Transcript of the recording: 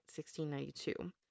1692